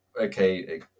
okay